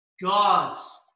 God's